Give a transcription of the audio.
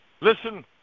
Listen